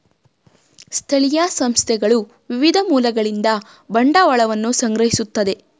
ಸ್ಥಳೀಯ ಸಂಸ್ಥೆಗಳು ವಿವಿಧ ಮೂಲಗಳಿಂದ ಬಂಡವಾಳವನ್ನು ಸಂಗ್ರಹಿಸುತ್ತದೆ